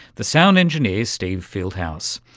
the sound engineer steve fieldhouse.